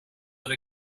that